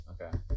Okay